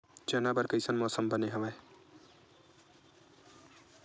चना बर कइसन मौसम बने हवय?